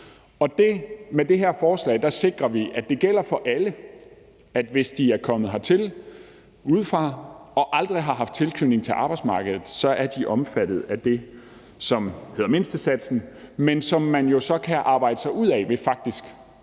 og med det her forslag sikrer vi, at det samme gælder for alle, altså at man, hvis man er kommet hertil udefra og man aldrig har haft en tilknytning til arbejdsmarkedet, så er omfattet af det, som hedder mindstesatsen, men som man jo så kan arbejde sig ud af ved faktisk